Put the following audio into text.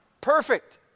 perfect